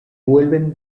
vuelven